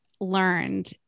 learned